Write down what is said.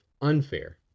unfair